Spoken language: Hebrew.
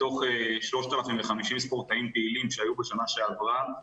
מתוך 3,050 שחקנים פעילים שהיו בשנה שעברה,